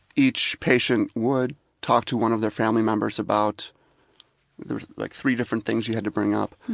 each patient would talk to one of their family members about there were like three different things you had to bring up.